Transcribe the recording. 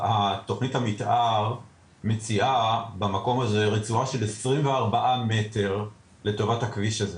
תכנית המתאר מציעה במקום הזה רצועה של 24 מטר לטובת הכביש הזה.